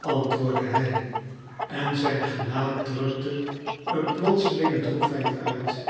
antwoordde hij en zijn gelaat drukte een plotselinge droefheid uit